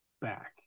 back